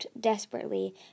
desperately